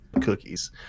cookies